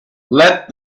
let